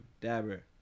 Dabber